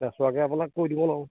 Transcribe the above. নাচোৱাকে আপোনাক কৈ দিব নোৱাৰোঁ